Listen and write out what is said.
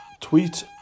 tweet